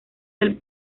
del